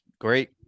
great